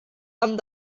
haben